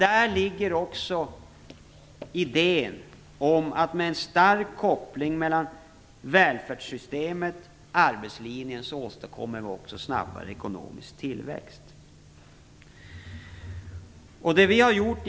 Där ligger också idén om att vi med en stark koppling mellan välfärdssystemet och arbetslinjen snabbare åstadkommer ekonomisk tillväxt.